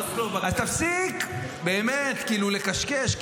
אז תפסיק באמת כאילו לקשקש,